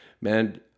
man